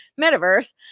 metaverse